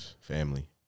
Family